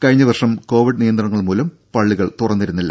കഴിഞ്ഞവർഷം കോവിഡ് നിയന്ത്രണങ്ങൾ മൂലം പള്ളികൾ തുറന്നിരുന്നില്ല